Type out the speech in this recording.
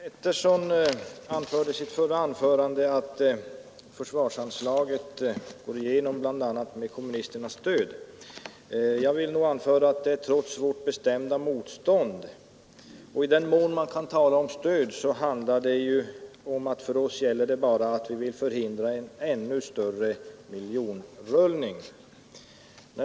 Herr talman! Herr Petersson i Gäddvik sade i sitt förra anförande att försvarsanslaget går igenom bl.a. med kommunisternas stöd. Jag vill nog framhålla att det går igenom trots vårt bestämda motstånd. I den mån man kan tala om stöd, handlar det om att det för oss gäller att förhindra en ännu större miljonrullning.